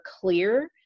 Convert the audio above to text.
clear